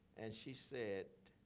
and she said,